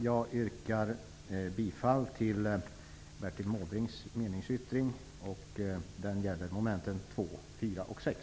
Jag yrkar bifall till Bertil Måbrinks meningsyttring, som gäller momenten 2, 4 och 6.